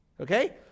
Okay